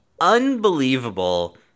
unbelievable